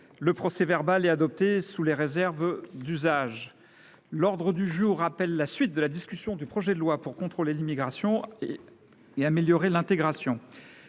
Le procès verbal est adopté sous les réserves d’usage. L’ordre du jour appelle la suite de la discussion du projet de loi pour contrôler l’immigration, améliorer l’intégration